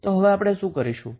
તો હવે આપણે શું કરીશું